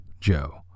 Joe